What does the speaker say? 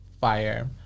Fire